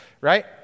Right